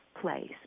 place